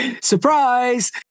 Surprise